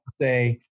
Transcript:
Say